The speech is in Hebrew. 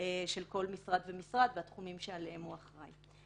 של כל משרד ומשרד והתחומים שעליהם הוא אחראי.